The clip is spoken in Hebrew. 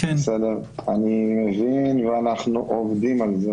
אני מבין ואנחנו עובדים על זה,